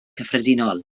cyffredinol